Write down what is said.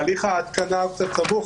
הליך ההתקנה הוא קצת סבוך,